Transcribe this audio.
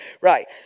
Right